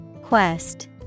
Quest